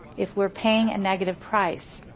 if we're paying a negative price,